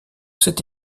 sait